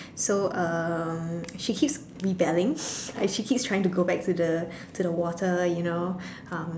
so um she keeps rebelling like she keeps trying to go back to the to the water you know um